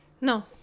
no